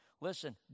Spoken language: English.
Listen